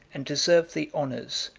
and deserved the honors,